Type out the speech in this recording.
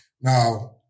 now